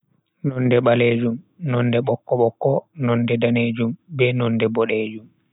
Nonde balejuum, nonde bokko- bokko, nonde danejum, be nonde bodeejum.